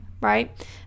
right